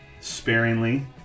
sparingly